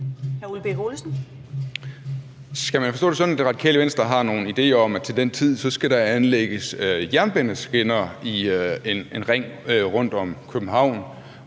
Skal man forstå det sådan, at Det Radikale Venstre har nogle idéer om, at til den tid skal der anlægges jernbaneskinner i en ring rundt om København?